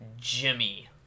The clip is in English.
Jimmy